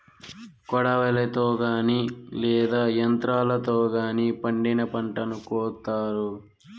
కొడవలితో గానీ లేదా యంత్రాలతో గానీ పండిన పంటను కోత్తారు